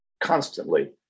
constantly